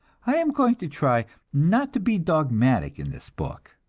i am going to try not to be dogmatic in this book,